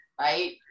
right